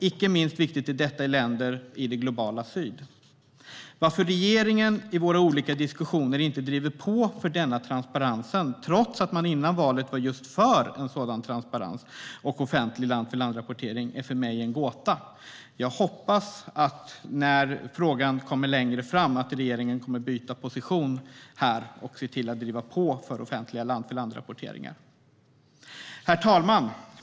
Icke minst viktigt är detta i länder i det globala syd. Varför regeringen i våra olika diskussioner inte driver på för denna transparens, trots att man före valet var för just sådan transparens och offentlig land-för-land-rapportering, är för mig en gåta. Jag hoppas att regeringen kommer att byta position när frågan kommer längre fram och se till att driva på för offentliga land-för-land-rapporteringar. Herr talman!